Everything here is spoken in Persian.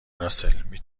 راسل، می